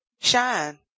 shine